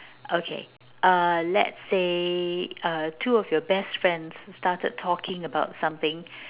okay uh let's say uh two of your best friends started talking about something